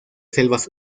selvas